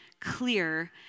clear